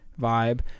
vibe